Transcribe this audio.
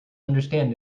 understand